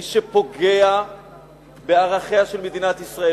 למי שפוגע בערכיה של מדינת ישראל.